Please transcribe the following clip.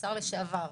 השר לשעבר,